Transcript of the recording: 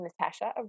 Natasha